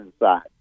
inside